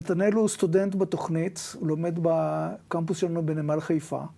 נתנאל הוא סטודנט בתוכנית, הוא לומד בקמפוס שלנו בנמל חיפה